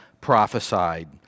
prophesied